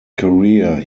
career